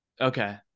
Okay